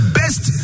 best